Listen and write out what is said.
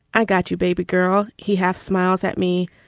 i got you, baby girl. he have smiles at me.